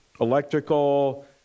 electrical